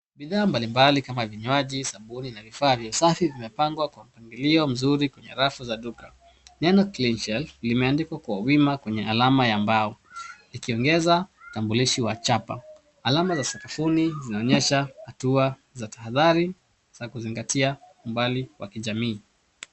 Bidhaa mbali mbali kama vinywaji, sabuni na vifaa vya usafi vimepagwa kwa mpangilio mzuri kwenye rafu za duka. Neno Clean shelf limeadikwa kwa wima kwenye alama ya mbao likiongeza utangulishi wa chapa .Alama za sakafuni zinaonyesha hatuwa za tahadhari za kuzigatia umbali wa kijamii.